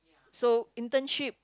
so internship